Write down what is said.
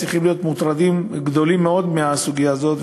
צריכים להיות מוטרדים מאוד מהסוגיה הזאת.